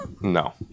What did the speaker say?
no